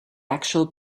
actual